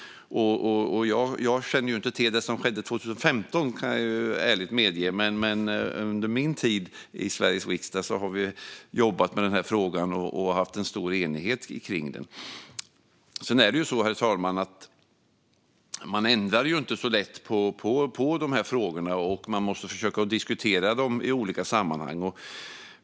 Jag känner inte till det som skedde 2015, kan jag ärligt medge, men under min tid i Sveriges riksdag har vi jobbat med den här frågan och haft stor enighet i den. Sedan är det ju så, herr talman, att man inte ändrar på de här frågorna så lätt. Man måste försöka diskutera dem i olika sammanhang.